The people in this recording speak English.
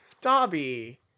Dobby